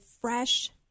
fresh